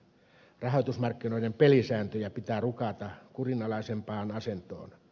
rahoitusmarkkinoiden pelisääntöjä pitää rukata kurinalaisempaan asentoon